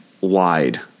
wide